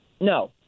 No